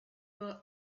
will